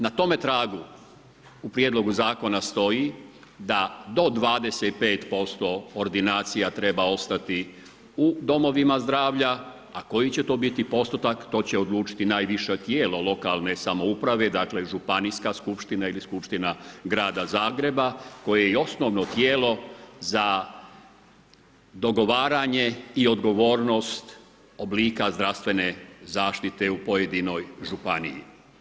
Na tome tragu u Prijedlogu Zakona stoji da do 25% ordinacija treba ostati u domovima zdravlja, a koji će to biti postotak, to će odlučiti najviše tijelo lokalne samouprave, dakle županijska skupština ili skupština grada Zagreba koje je i osnovno tijelo za dogovaranje i odgovornost oblika zdravstvene zaštite u pojedinoj županiji.